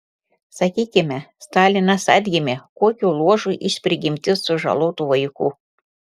sakykime stalinas atgimė kokiu luošu iš prigimties sužalotu vaiku